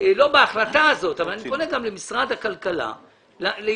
לא בהחלטה הזאת למשרד הכלכלה להיות